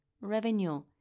Revenue